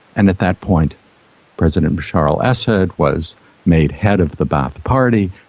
and at that point president bashar al-assad was made head of the ba'ath party,